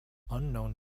unknown